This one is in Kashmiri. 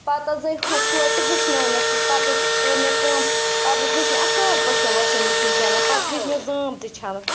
پَتہٕ حظ آے ہُہ سوے تہٕ ہیٚچھنٲونَس حظ پَتہٕ حظ کٔر مےٚ کٲم پَتہٕ حظ ہیٚچھ مےٚ اَصٕل پٲٹھۍ سۄ واشنٛگ مِشیٖن چَلاوٕنۍ پَتہٕ ہیٚچھ مےٚ زٲمۍ تہِ چھَلٕنۍ